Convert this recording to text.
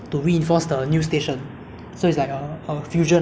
it's also very nostalgic for many people like me who have gone through this